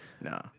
No